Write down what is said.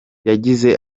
yagize